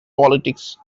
politics